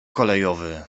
kolejowy